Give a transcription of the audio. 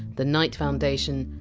the knight foundation,